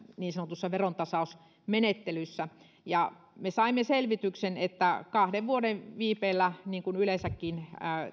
niin sanotussa verontasausmenettelyssä me saimme selvityksen että kahden vuoden viipeellä niin kuin yleensäkin